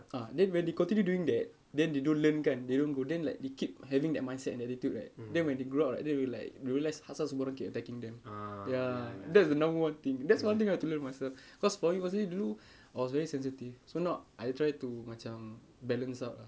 ah then when they continue doing that then they don't learn kan they don't go then like they keep having that mindset and attitude right then when they grow up right then will like realise asal semua orang keep attacking them ya that's the number one thing that's one thing I had to learn myself cause for me masa dulu I was very sensitive so now I try to macam balance out lah